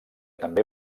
també